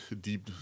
deep